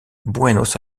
buenos